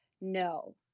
no